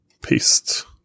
paste